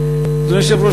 אדוני היושב-ראש,